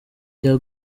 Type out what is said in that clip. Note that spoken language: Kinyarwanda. cya